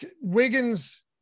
Wiggins